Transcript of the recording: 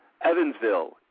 Evansville